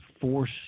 force